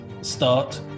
start